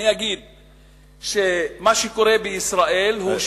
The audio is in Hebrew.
אני אגיד שמה שקורה בישראל הוא,